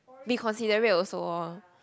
be considerate also loh